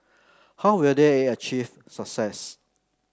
how will they achieve success